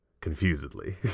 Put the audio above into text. Confusedly